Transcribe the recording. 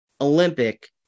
Olympic